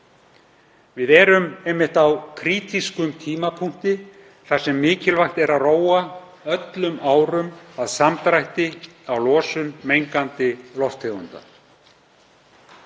Við erum einmitt á krítískum tímapunkti þar sem mikilvægt er að róa öllum árum að samdrætti á losun mengandi lofttegunda.